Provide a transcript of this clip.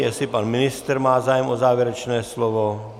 Jestli pan ministr má zájem o závěrečné slovo?